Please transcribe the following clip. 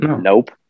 nope